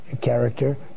character